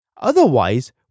Otherwise